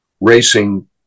racing